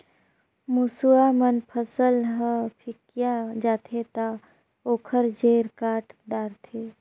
मूसवा मन फसल ह फिकिया जाथे त ओखर जेर काट डारथे